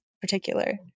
particular